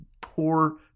poor